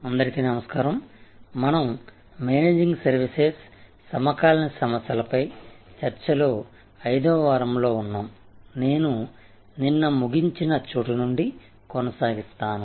అందరికీ నమస్కారం మనం మేనేజింగ్ సర్వీసెస్ సమకాలీన సమస్యల పై చర్చ లో 5 వ వారంలో ఉన్నాము నేను నిన్న ముగించిన చోటు నుండి కొనసాగిస్తాను